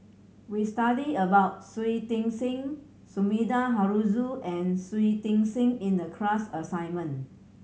we studied about Shui Tit Sing Sumida Haruzo and Shui Tit Sing in the class assignment